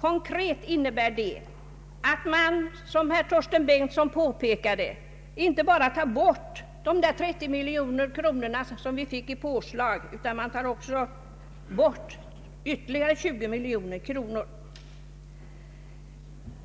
Konkret innebär detta, såsom herr Torsten Bengtson påpekade, att man inte bara tar bort de 30 miljoner kronor som vi har fått i påslag utan även ytterligare 20 miljoner kronor.